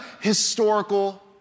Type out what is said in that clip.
historical